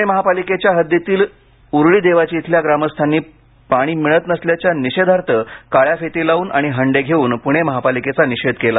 पुणे महापालिकेच्या हद्दीतील उरुळी देवाची इथल्या ग्रामस्थांनी पाणी मिळत नसल्याच्या निषेधार्थ काळ्या फिती लावून आणि हंडे घेऊन पुणे महापालिकेचा निषेध केला